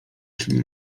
czy